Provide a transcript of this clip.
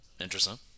Interesting